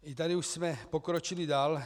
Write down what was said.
I tady už jsme pokročili dál.